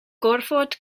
gorfod